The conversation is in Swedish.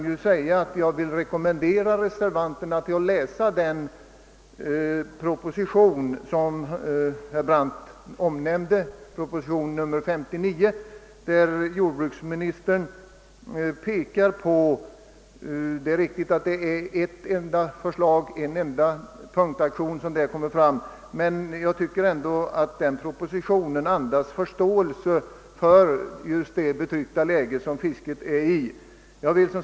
Jag rekommenderar dem därför att läsa proposition nr 539 som herr Brandt omnämnde, i vilken jordbruksministern föreslår en viss, låt vara enstaka punktaktion. Ändå tycker jag att denna proposition andas förståelse för just det betryckta läge, i vilket fiskerinäringen befinner sig.